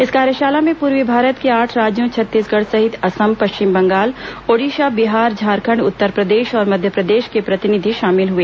इस कार्यशाला में पूर्वी भारत के आठ राज्यों छत्तीसगढ़ सहित असम पश्चिम बंगाल ओड़िशा बिहार झारखण्ड उत्तरप्रदेश और मध्यप्रदेश के प्रतिनिधि शामिल हुए